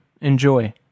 Enjoy